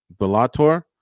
Bellator